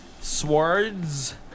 Swords